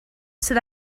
sydd